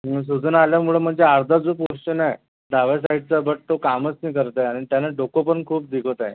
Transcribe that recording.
सुजन आल्यामुळं म्हणजे अर्धा जो पोरशन आहे डाव्या साईडचा भाग तो कामच नाही करत आहे अन त्यानं डोकं पण खूप दुखत आहे